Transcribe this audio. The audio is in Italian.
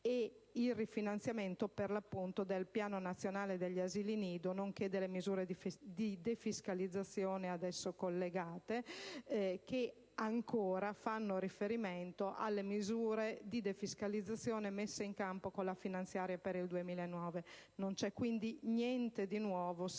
è il rifinanziamento, per l'appunto, del Piano nazionale per gli asili nido, nonché delle misure di defiscalizzazione ad esso collegate, che ancora fanno riferimento alle misure di defiscalizzazione messe in campo con la finanziaria per il 2009. Non c'è quindi niente di nuovo, se